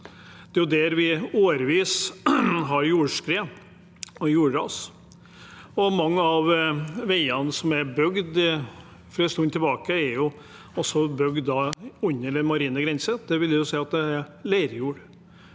Der har vi i årevis hatt jordskred og jordras. Mange av veiene som er bygd for en tid tilbake, er også bygd under den marine grensen. Det vil si at det er leirjord.